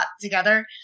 together